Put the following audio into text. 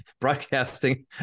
broadcasting